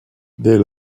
dès